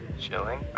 chilling